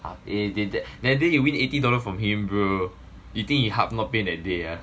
eh that that day you win eighty dollars from him bro you think his heart not pain that day ah